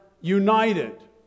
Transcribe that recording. united